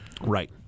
Right